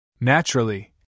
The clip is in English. Naturally